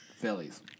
Phillies